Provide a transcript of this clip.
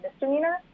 misdemeanor